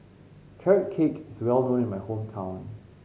Carrot Cake is well known in my hometown